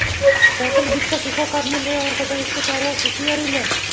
जायफल बीज का सूखा कर्नेल है और गदा इसके चारों ओर सूखी अरिल है